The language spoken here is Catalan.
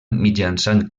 mitjançant